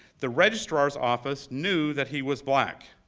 the registrar's office knew that he was black.